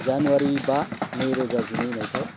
जानुवारि बा नैरोजा जिनै मायथाइ